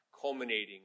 culminating